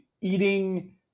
eating